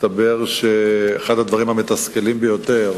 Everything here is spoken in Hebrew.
מסתבר שאחד הדברים המתסכלים ביותר